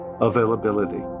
availability